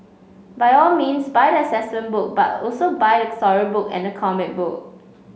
by all means buy the assessment book but also buy the storybook and the comic book